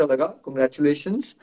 Congratulations